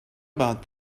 about